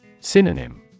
Synonym